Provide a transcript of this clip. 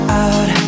out